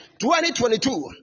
2022